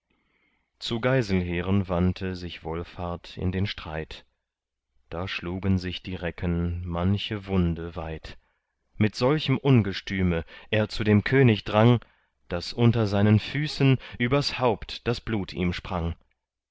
zu geiselheren wandte sich wolfhart in den streit da schlugen sich die recken manche wunde weit mit solchem ungestüme er zu dem könig drang daß unter seinen füßen übers haupt das blut ihm sprang